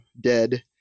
dead